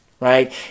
Right